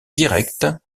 directe